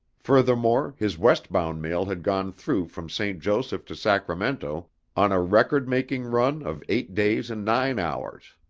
furthermore, his west-bound mail had gone through from st. joseph to sacramento on a record-making run of eight days and nine hours.